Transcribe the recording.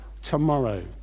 Tomorrow